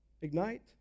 Ignite